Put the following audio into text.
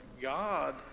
God